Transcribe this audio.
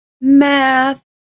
Math